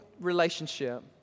Relationship